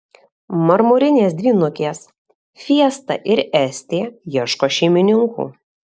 marmurinės dvynukės fiesta ir estė ieško šeimininkų